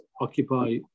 occupy